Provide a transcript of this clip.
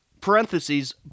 parentheses